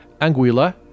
Anguilla